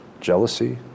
Jealousy